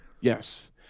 Yes